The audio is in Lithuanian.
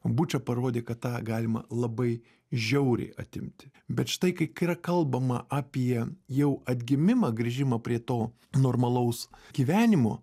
buča parodė kad tą galima labai žiauriai atimti bet štai kai kai yra kalbama apie jau atgimimą grįžimą prie to normalaus gyvenimo